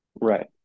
Right